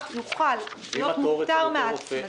מההצמדה --- ואם התור אצל הרופא הוא ארוך מידי?